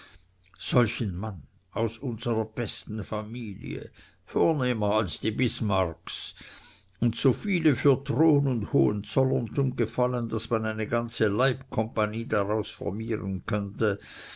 solchen mann aus unsrer besten familie vornehmer als die bismarcks und so viele für thron und hohenzollerntum gefallen daß man eine ganze leibcompagnie daraus formieren könnte